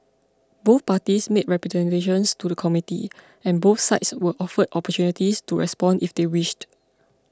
both parties made representations to the Committee and both sides were offered opportunities to respond if they wished